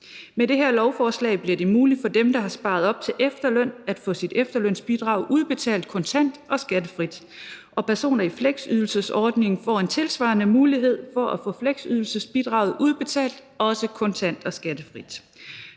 Med det her lovforslag bliver det muligt for dem, der har sparet op til efterløn, at få sit efterlønsbidrag udbetalt kontant og skattefrit, og personer i fleksydelsesordningen får en tilsvarende mulighed for at få fleksydelsesbidraget udbetalt, også kontant og skattefrit.